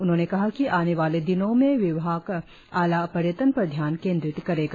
उन्होंने कहा कि आने वाले दिनों में विभाग आला पर्यटन पर ध्यान केद्रित करेगा